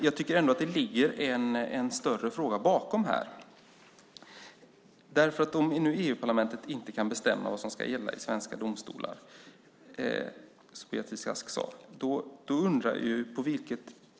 Jag tycker ändå att det ligger en större fråga bakom här. Beatrice Ask sade att EU-parlamentet inte kan bestämma vad som ska gälla i svenska domstolar.